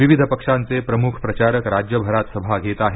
विविध पक्षांचे प्रमुख प्रचारक राज्यभरात सभा घेत आहेत